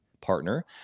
partner